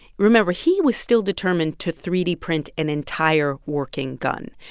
remember, he was still determined to three d print an entire working gun.